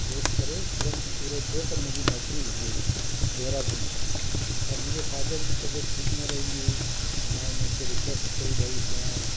course करे तुरंत पूरो थियो त मुंहिंजी नौकिरी लॻी वई देहरादून अच्छा मुंहिंजे फादर जी तबियतु ठीकु न रहंदी हुई त मां उन्हनि खे रिक्वेस्ट कई भाई मां